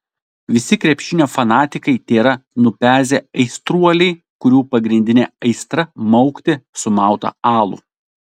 visi krepšinio fanatikai tėra nupezę aistruoliai kurių pagrindinė aistra maukti sumautą alų